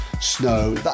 snow